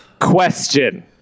question